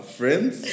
friends